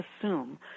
assume